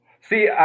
See